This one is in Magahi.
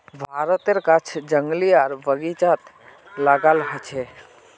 भारतेर गाछ जंगली आर बगिचात लगाल होचे